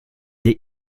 des